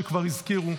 שכבר הזכירו,